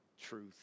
truth